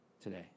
today